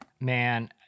Man